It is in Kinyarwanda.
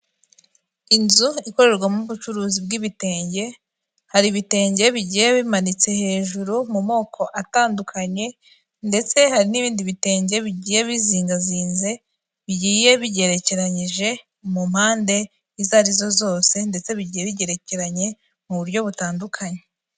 Inzu ikorerwamo ubucuruzi bw'ibitenge, hari ibitenge bigiye bimanitse hejuru mu moko atandukanye, ndetse hari n'ibindi bitenge bigiye bizingazinze bigiye bigerekeranyije mu mpande izo arizo zose, ndetse bigiye bigerekeranye mu buryo butandukanye.